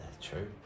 True